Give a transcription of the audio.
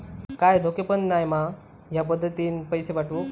काय धोको पन नाय मा ह्या पद्धतीनं पैसे पाठउक?